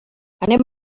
anem